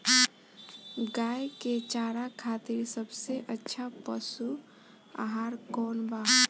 गाय के चारा खातिर सबसे अच्छा पशु आहार कौन बा?